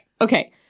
Okay